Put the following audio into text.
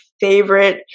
favorite